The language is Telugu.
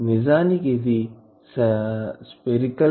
నిజానికి ఇది స్పెరికల్ వేవ్స్ కి మూలస్థానం